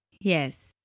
Yes